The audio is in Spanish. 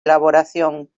elaboración